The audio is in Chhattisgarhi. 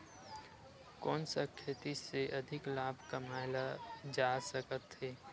कोन सा खेती से अधिक लाभ कमाय जा सकत हे?